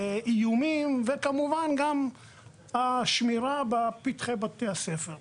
איומים וכמובן, גם אבטחה בפתחי בתי הספר.